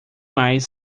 mais